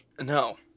no